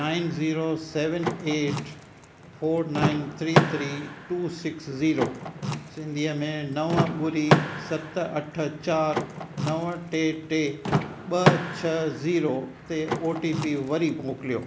nine zero seven eight four nine three three two six zero सिंधीअ में नव ॿुड़ी सत अठ चारि नव टे टे ॿ छह ज़ीरो ते ओ टी पी वरी मोकिलियो